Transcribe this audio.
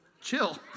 chill